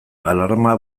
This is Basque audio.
alarma